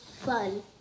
fun